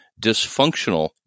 dysfunctional